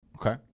Okay